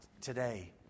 today